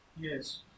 Yes